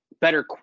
better